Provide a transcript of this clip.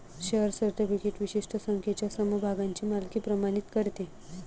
share certificate विशिष्ट संख्येच्या समभागांची मालकी प्रमाणित करते